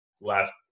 last